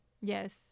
yes